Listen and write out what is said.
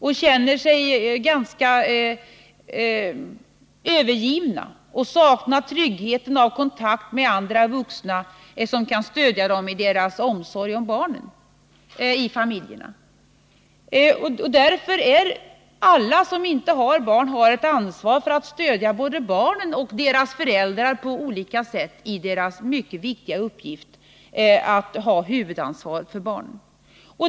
De känner sig övergivna och saknar tryggheten av kontakt med andra vuxna som kan stödja den i deras omsorg om barnen. Alla som inte har barn har ett ansvar för att stödja barnen och för att stödja föräldrarna i deras mycket viktiga uppgift att bära huvudansvaret för barnen.